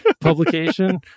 publication